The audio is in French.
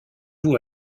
vous